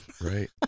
Right